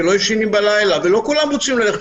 שלא ישנים בלילה לא כולם רוצים ללכת